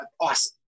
awesome